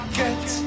get